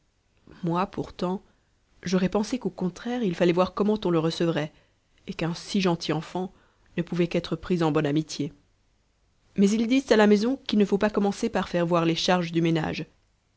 moi pourtant j'aurais pensé qu'au contraire il fallait voir comment on le recevrait et qu'un si gentil enfant ne pouvait qu'être pris en bonne amitié mais ils disent à la maison qu'il ne faut pas commencer par faire voir les charges du ménage